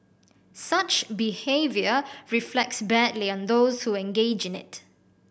such behaviour reflects badly on those who engage in it